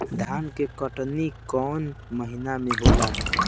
धान के कटनी कौन महीना में होला?